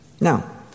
Now